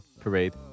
parade